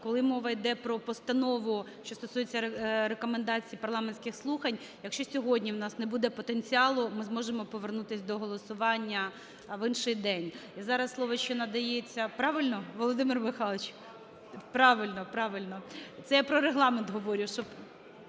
коли мова йде про постанову, що стосується рекомендацій парламентських слухань, якщо сьогодні в нас не буде потенціалу, ми зможемо повернутись до голосування в інший день. І зараз слово ще надається… Правильно, Володимир Михайлович? Правильно, правильно. Це я про Регламент говорю,